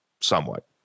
somewhat